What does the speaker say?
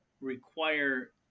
require